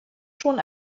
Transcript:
schon